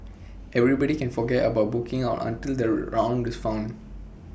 everybody can forget about booking out until the round is found